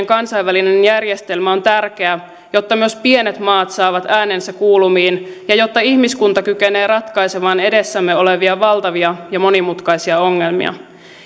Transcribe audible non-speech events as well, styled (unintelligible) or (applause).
(unintelligible) kansainvälinen järjestelmä on tärkeä jotta myös pienet maat saavat äänensä kuuluviin ja jotta ihmiskunta kykenee ratkaisemaan edessämme olevia valtavia ja monimutkaisia ongelmia